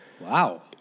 Wow